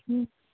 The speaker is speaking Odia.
ହୁଁ